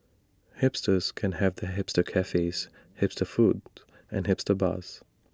hipsters can have their hipster cafes hipster foods and hipster bars